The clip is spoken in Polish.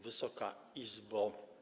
Wysoka Izbo!